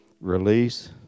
release